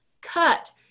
cut